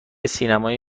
سینمای